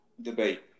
debate